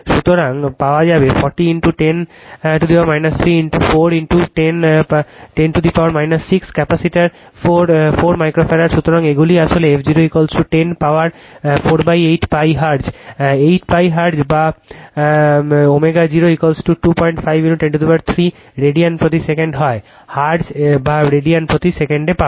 সুতরাং পাওয়ার থেকে 40 10 3 4 10 power 6 capacitor 4 micro farad সুতরাং এগুলি আসলে f 0 10 পাওয়ার 48π হার্টজ 8π হার্টজ বা ω0 25 10 3 রেডিয়ান প্রতি সেকেন্ডে হয় হার্টজ বা রেডিয়ান প্রতি সেকেন্ডে পাবে